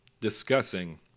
discussing